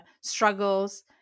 struggles